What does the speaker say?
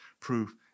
proof